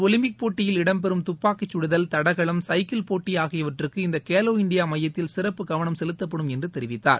Olympic போட்டியில் இடம்பெறும் துப்பாக்கிச்சுடுதல் தடகளம் சைக்கிள் போட்டி ஆகியவற்றுக்கு இந்த கேலோ இண்டியா மையத்தில் சிறப்பு கவனம் செலுத்தப்படும் என்று தெரிவித்தார்